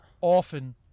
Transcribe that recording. often